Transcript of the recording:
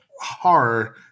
horror